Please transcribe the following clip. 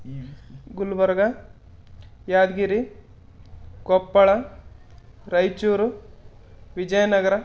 Gulbarga Yadgir Koppal Raichur Vijayanagara